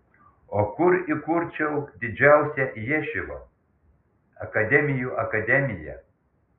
o kur įkurčiau didžiausią ješivą akademijų akademiją